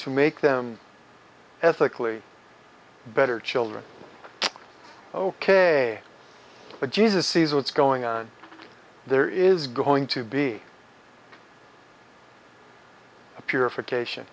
to make them ethically better children ok but jesus sees what's going on there is going to be a purification